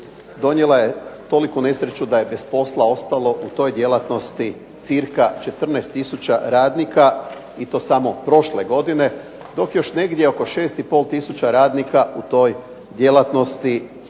donijela je toliku nesreću da je bez posla ostalo u toj djelatnosti cca 14 tisuća radnika i to samo prošle godine, dok još negdje oko 6,5 tisuća radnika u toj djelatnosti